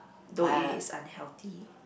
though it is unhealthy